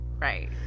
right